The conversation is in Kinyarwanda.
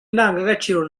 indangagaciro